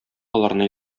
аларны